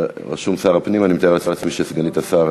סגנית השר